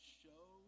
show